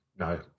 No